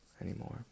anymore